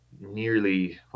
nearly